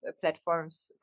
platforms